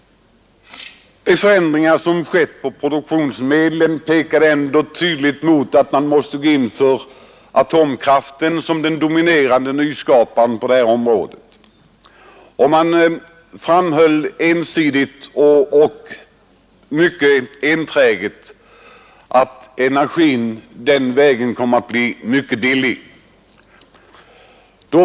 De förändringar som skedde i fråga om produktionsmedlen pekade ändå tydligt mot att vi måste gå in för atomkraft som den dominerande nyskaparen på detta område. Man framhöll mycket enträget att atomenergin skulle bli mycket billig.